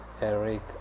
Eric